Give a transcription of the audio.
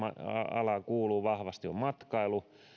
alaan kuuluu vahvasti on matkailu